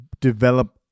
develop